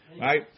Right